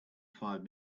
five